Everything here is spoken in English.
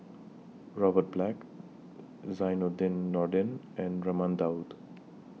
Robert Black Zainudin Nordin and Raman Daud